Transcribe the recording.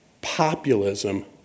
populism